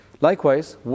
Likewise